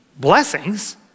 blessings